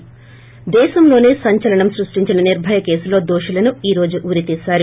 ి దేశంలోనే సంచలనం సృష్టించిన నిర్పయ కేసులో దోషులను ఈ రోజు ఉరితీసారు